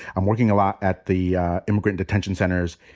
i'm working a lot at the immigrant detention centers.